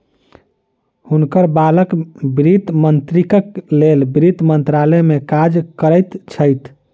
हुनकर बालक वित्त मंत्रीक लेल वित्त मंत्रालय में काज करैत छैथ